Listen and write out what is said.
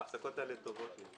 ההפסקות האלה טובות לי.